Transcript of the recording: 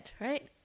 right